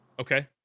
Okay